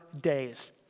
days